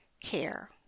care